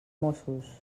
mossos